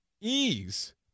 ease